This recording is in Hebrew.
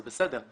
זה בסדר.